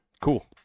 Cool